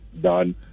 Done